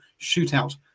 shootout